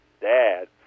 dad